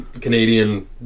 Canadian